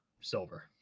silver